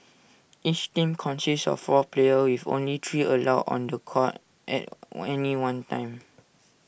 each team consists of four players with only three allowed on The Court at any one time